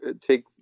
take